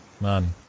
Man